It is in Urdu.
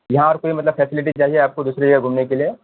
یہاں اور کوئی مطلب فیسلٹی چاہیے آپ کو دوسری جگہ گھومنے کے لیے